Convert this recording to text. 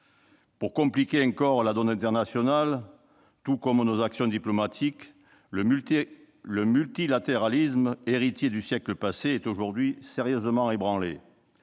Pour compliquer encore la donne internationale, tout comme nos actions diplomatiques, le multilatéralisme hérité du siècle passé est aujourd'hui sérieusement ébranlé.